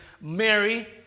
Mary